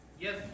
Yes